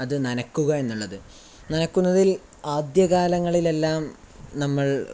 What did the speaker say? അത് നനയ്ക്കുകയെന്നുള്ളത് നനയ്ക്കുന്നതിൽ ആദ്യകാലങ്ങളിലെല്ലാം നമ്മൾ